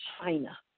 China